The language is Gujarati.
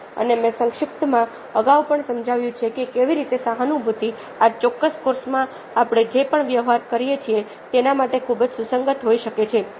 અને મેં સંક્ષિપ્તમાં અગાઉ પણ સમજાવ્યું છે કે કેવી રીતે સહાનુભૂતિ આ ચોક્કસ કોર્સમાં આપણે જે પણ વ્યવહાર કરીએ છીએ તેના માટે ખૂબ જ સુસંગત હોઈ શકે છે